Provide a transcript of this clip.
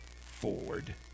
forward